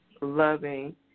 loving